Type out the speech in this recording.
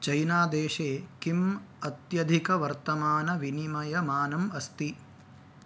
चैनादेशे किम् अत्यधिकवर्तमानविनिमयमानम् अस्ति